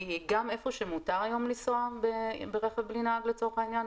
כי גם איפה שמותר היום לנסוע ברכב בלי נהג לצורך העניין,